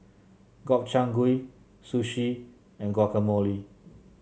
Gobchang Gui Sushi and Guacamole